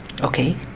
okay